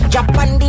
Japan